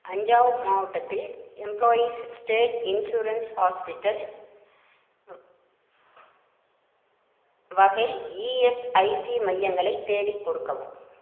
அஞ்சாவ் மாவட்டத்தில் employees state insurance hospital வகை ESIC மையங்களை தேடிக் கொடுக்கவும்